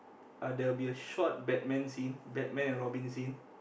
uh there will be a short Batman scene Batman and Robin scene